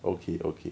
okay okay